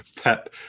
Pep